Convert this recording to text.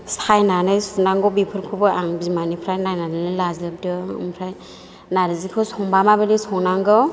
सायनानै सुनांगौ बेफोरखौबो आं बिमानिफ्राय नायनानै लाजोबदों ओमफ्राय नारजिखौ संबा माबायदि संनांगौ